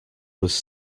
was